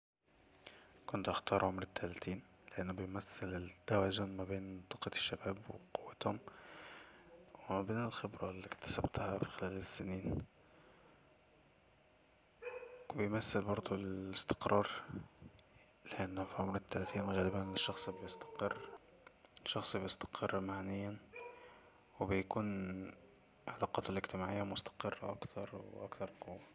كنت هختا عمر التلاتين لأنه بيمثل التوازن ما بين طاقة الشباب وقوتهم وما بين الخبرة اللي اكتسبتها في خلال السنين وبيمثل برضو الإستقرار لأن في عمر التلاتين غالبا الشخص بيستقر الشخص بيستقر مهنيا وبتكون علاقاته الإجتماعية مستقرة اكتر واكتر قوة